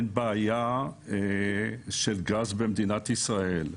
בעיה של גז במדינת ישראל.